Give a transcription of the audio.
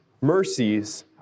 Mercies